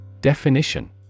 Definition